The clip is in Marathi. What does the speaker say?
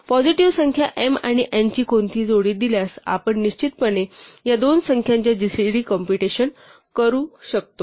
पॉजिटीव्ह संख्या m आणि n ची कोणतीही जोडी दिल्यास आपण निश्चितपणे या दोन संख्यांच्या जीसीडी कॉम्पुटेशन करू शकतो